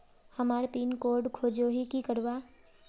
हमार pin code खोजोही की करवार?